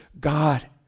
God